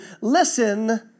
listen